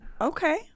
Okay